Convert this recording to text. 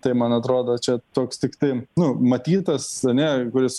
tai man atrodo čia toks tiktai nu matytas ane kuris